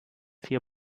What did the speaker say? vier